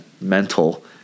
mental